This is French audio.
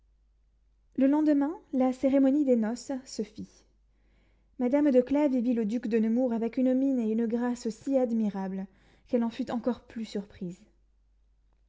le lendemain la cérémonie des noces se fit madame de clèves y vit le duc de nemours avec une mine et une grâce si admirables qu'elle en fut encore plus surprise